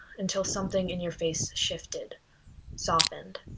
until something in your face shifted softened.